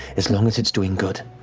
as long as it's doing good.